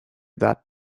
that